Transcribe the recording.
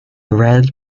rarely